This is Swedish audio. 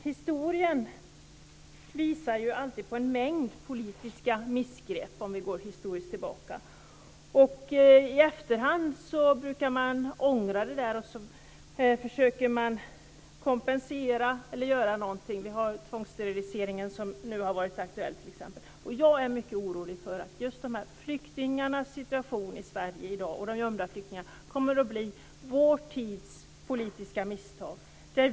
Historien visar på en mängd politiska missgrepp, om vi går tillbaka i historien. I efterhand brukar man ångra det och försöka kompensera eller göra någonting. Frågan om tvångssteriliseringar har t.ex. nu varit aktuell. Jag är mycket orolig för att just flyktingarnas situation i Sverige i dag, och de gömda flyktingarna, kommer att bli vår tids politiska misstag.